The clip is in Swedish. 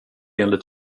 enligt